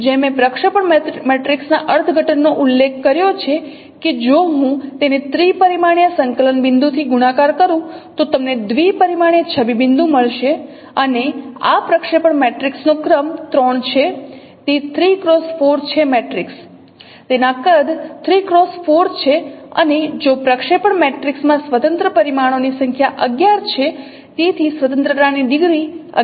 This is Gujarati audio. તેથી જેમ મેં પ્રક્ષેપણ મેટ્રિક્સના અર્થઘટનનો ઉલ્લેખ કર્યો છે કે જો હું તેને ત્રિપરિમાણીય સંકલન બિંદુથી ગુણાકાર કરું તો તમને દ્વિપરિમાણીય છબી બિંદુ મળશે અને આ પ્રક્ષેપણ મેટ્રિક્સનો ક્રમ 3 છે તે 3 x 4 છે મેટ્રિક્સ તેના કદ 3 x 4 છે અને જો પ્રક્ષેપણ મેટ્રિક્સમાં સ્વતંત્ર પરિમાણોની સંખ્યા 11 છે તેથી સ્વતંત્રતાની ડિગ્રી 11 છે